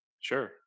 Sure